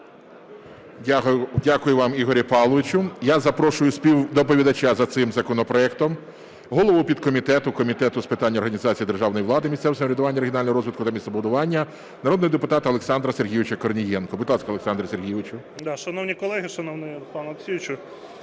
Дякую вам, Ігоре Павловичу. Я запрошую співдоповідача за цим законопроектом, голову підкомітету Комітету з питань організації державної влади, місцевого самоврядування, регіонального розвитку та містобудування, народного депутата Олександра Сергійовича Корнієнка. Будь ласка, Олександре Сергійовичу.